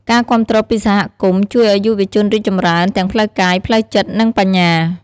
ការគាំទ្រពីសហគមន៍ជួយ ឱ្យយុវជនរីកចម្រើន ទាំងផ្លូវកាយ ផ្លូវចិត្ត និងបញ្ញា។